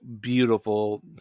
beautiful